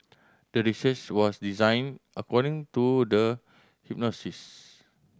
the research was designed according to the